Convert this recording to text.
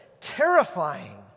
terrifying